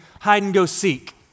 hide-and-go-seek